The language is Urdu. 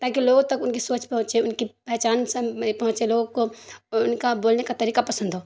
تاکہ لوگوں تک ان کی سوچ پہنچے ان کی پہچان پہنچے لوگوں کو ان کا بولنے کا طریقہ پسند ہو